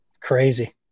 Crazy